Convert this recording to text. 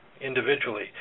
individually